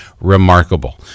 remarkable